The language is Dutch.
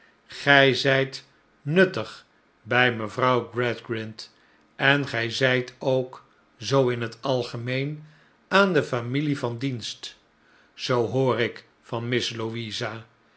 gij zijt nuttig bij mevrouw gradgrind en gij zijt ook zoo in het algemeen aan de familie van dienst zoo hoor ik van miss louisa